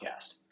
Podcast